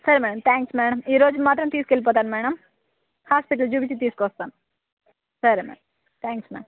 సరే madam thanks madam ఈరోజు మాత్రం తీసుకు వెళ్ళిపోతాను మేడమ్ హాస్పిటల్లో చూపించి తీసుకు వస్తాను సరే మేడమ్ థ్యాంక్స్ మేడమ్